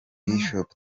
bishop